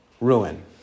ruin